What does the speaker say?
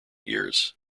years